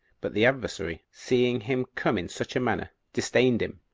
but the adversary seeing him come in such a manner, disdained him,